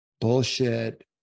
bullshit